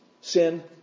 sin